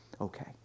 Okay